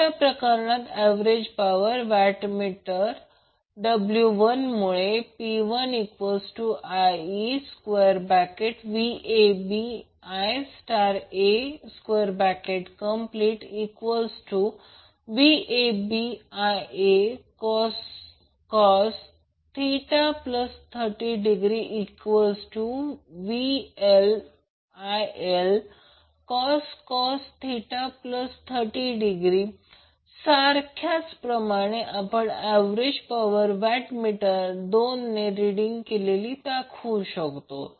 अशा प्रकरणात average power watt meter W1 मुळे P1ReVabIaVabIacos 30° VLILcos 30° सारख्याच प्रमाणे आपण ऍव्हरेज पॉवर वॅट मीटर 2 ने रिड केलेली दाखवू शकतो